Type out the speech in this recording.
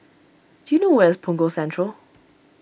do you know where is Punggol Central